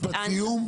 משפט סיום?